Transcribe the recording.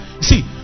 see